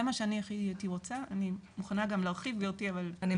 זה מה שאני הכי הייתי רוצה ואני מוכנה גם להרחיב גברתי אבל ---.